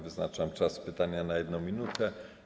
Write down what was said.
Wyznaczam czas pytania na 1 minutę.